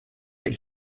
that